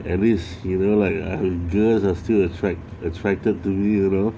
at least you know like girls are still attract attracted to you you know